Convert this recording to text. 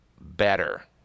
better